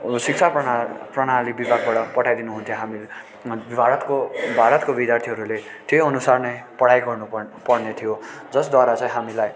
शिक्षा प्रणा प्रणाली विभागबाट पठाइ दिनुहुन्थ्यो हामी भारतको भारतको विद्यार्थीहरूले त्यही अनुसार नै पढाइ गर्नु पर्ने थियो जसद्धारा चाहिँ हामीलाई